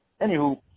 Anywho